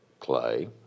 clay